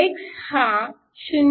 x हा 0